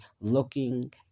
looking